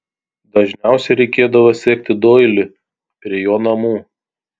dažniausiai reikėdavo sekti doilį prie jo namų